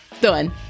done